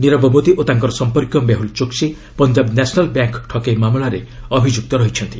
ନିରବ ମୋଦି ଓ ତାଙ୍କର ସମ୍ପର୍କୀୟ ମେହୁଲ୍ ଚୋକ୍ସି ପଞ୍ଜାବ ନ୍ୟାସନାଲ୍ ବ୍ୟାଙ୍କ୍ ଠକେଇ ମାମଲାରେ ମୁଖ୍ୟ ଅଭିଯୁକ୍ତ ଅଛନ୍ତି